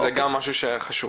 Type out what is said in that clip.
זה גם משהו חשוב.